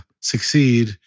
succeed